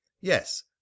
yes